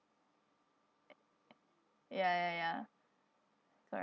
ya ya ya corre~